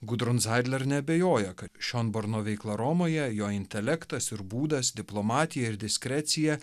gudrun sailer neabejoja kad šionborno veikla romoje jo intelektas ir būdas diplomatija ir diskrecija